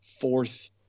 fourth